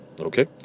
okay